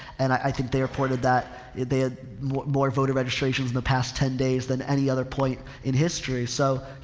and i, i think they are part of that, they had more, more voter registrations in the past ten days than any other point in history. so,